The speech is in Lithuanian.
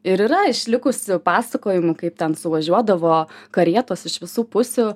ir yra išlikusių pasakojimų kaip ten suvažiuodavo karietos iš visų pusių